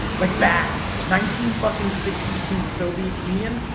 like bad. nineteen fucking sixty two soviet union,